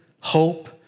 hope